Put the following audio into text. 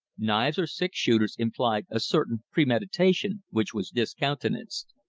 knives or six-shooters implied a certain premeditation which was discountenanced.